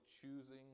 choosing